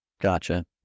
gotcha